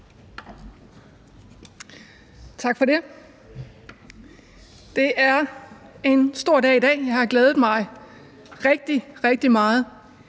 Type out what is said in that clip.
Tak for det. Det er en stor dag i dag. Jeg har glædet mig rigtig, rigtig